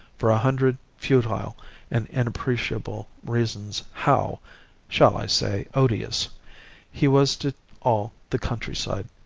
for a hundred futile and inappreciable reasons, how shall i say odious he was to all the countryside.